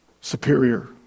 superior